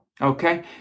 Okay